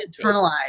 internalized